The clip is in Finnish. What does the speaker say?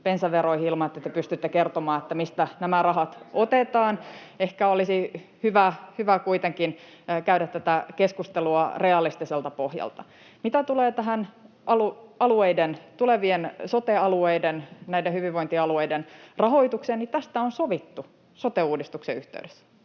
bensaveroihin ilman, että te pystytte kertomaan, mistä nämä rahat otetaan. Ehkä olisi hyvä kuitenkin käydä tätä keskustelua realistiselta pohjalta. Mitä tulee tähän alueiden, tulevien sote-alueiden, näiden hyvinvointialueiden, rahoitukseen, niin tästä on sovittu sote-uudistuksen yhteydessä.